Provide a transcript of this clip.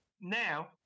now